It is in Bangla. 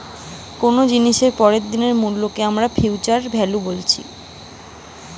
কুনো জিনিসের পরের দিনের মূল্যকে আমরা ফিউচার ভ্যালু বলছি